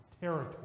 territory